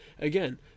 again